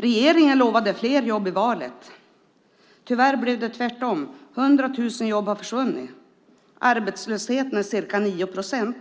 Regeringen lovade fler jobb i valet. Tyvärr blev det tvärtom. 100 000 jobb har försvunnit. Arbetslösheten är ca 9 procent.